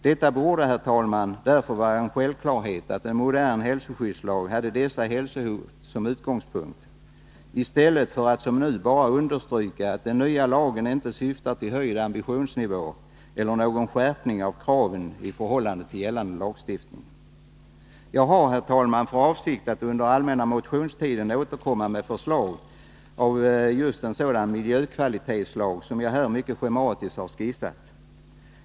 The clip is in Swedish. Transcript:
Det borde därför, herr talman, vara en självklarhet att en modern hälsoskyddslag hade dessa hälsohot som utgångspunkt, i stället för att som nu bara understryka att den nya lagen inte syftar till höjd ambitionsnivå eller någon skärpning av kraven i förhållande till gällande lagstiftning. Jag har, herr talman, för avsikt att under allmänna motionstiden återkomma med förslag till just en sådan miljökvalitetslag som jag här mycket schematiskt har skissat.